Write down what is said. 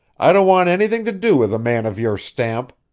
i don't want anything to do with a man of your stamp!